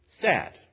sad